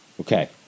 Okay